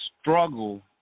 struggle